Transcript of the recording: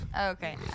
Okay